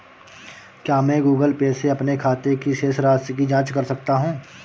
क्या मैं Google Pay से अपने खाते की शेष राशि की जाँच कर सकता हूँ?